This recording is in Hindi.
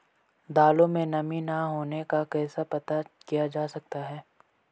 दालों में नमी न होने का कैसे पता किया जा सकता है?